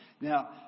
Now